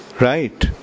right